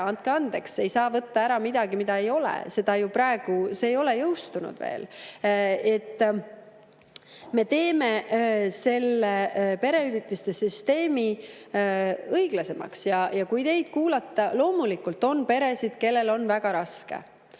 andke andeks, aga ei saa võtta ära midagi, mida ei ole – see ei ole veel jõustunud. Me teeme selle perehüvitiste süsteemi õiglasemaks. Kui teid kuulata, loomulikult on peresid, kellel on väga raske,